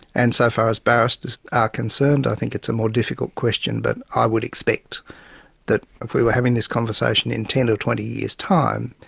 and so far as barristers are concerned, i think it's a more difficult question, but i would expect that if we were having this conversation in ten or twenty years time,